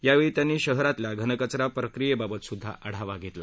यावेळी त्यांनी शहरातील घनकचरा प्रक्रियेबाबतसुध्दा आढावा घेतला